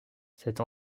cette